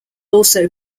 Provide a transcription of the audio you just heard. also